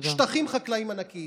שטחים חקלאיים ענקיים.